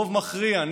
רוב מכריע,